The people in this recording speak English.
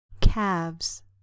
Calves